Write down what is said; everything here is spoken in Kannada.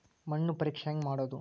ಮಣ್ಣು ಪರೇಕ್ಷೆ ಹೆಂಗ್ ಮಾಡೋದು?